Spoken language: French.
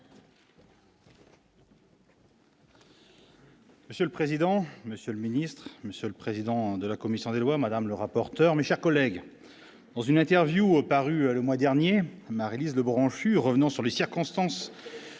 Monsieur le président, Monsieur le Ministre, Monsieur le président de la commission des lois Madame le rapporteur, mes chers collègues, dans une interview parue le mois dernier, Marylise Lebranchu, revenant sur les circonstances